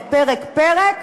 לפרק-פרק,